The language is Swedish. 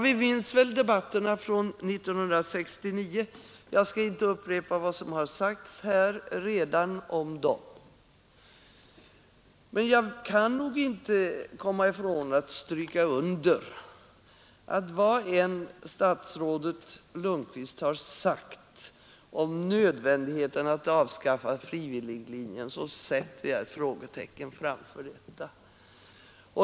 Vi minns väl debatterna från 1969. Jag skall inte upprepa vad som redan har sagts om dem, men jag kan nog inte komma ifrån att, vad än statsrådet Lundkvist har sagt om nödvändigheten av att avskaffa frivilliglinjen, sätta ett frågetecken vid detta.